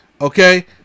Okay